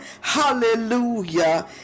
hallelujah